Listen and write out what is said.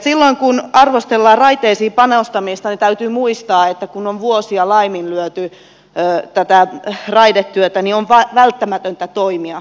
silloin kun arvostellaan raiteisiin panostamista täytyy muistaa että kun on vuosia laiminlyöty tätä raidetyötä niin on välttämätöntä toimia